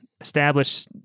establish